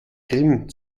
grimm